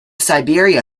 siberia